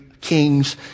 kings